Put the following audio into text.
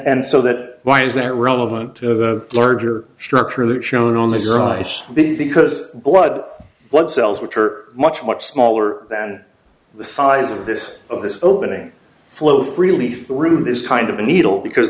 and so that why is that relevant larger structure that shone on his eyes because blood blood cells which are much much smaller than the size of this of this opening flow freely through this kind of a needle because